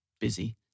busy